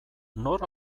nor